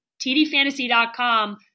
TDFantasy.com